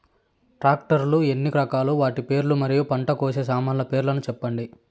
Tractor లు ఎన్ని రకాలు? వాటి పేర్లు మరియు పంట కోసే సామాన్లు పేర్లను సెప్పండి?